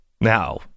Now